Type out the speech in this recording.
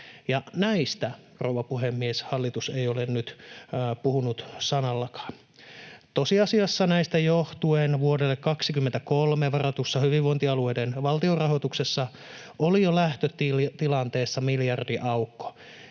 näistä, rouva puhemies, hallitus ei ole nyt puhunut sanallakaan. Tosiasiassa näistä johtuen vuodelle 23 varatussa hyvinvointialueiden valtionrahoituksessa oli jo lähtötilanteessa miljardiaukko.